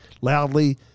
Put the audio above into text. loudly